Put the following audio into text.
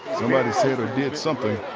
somebody said or did something.